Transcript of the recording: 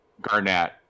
Garnett